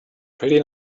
pretty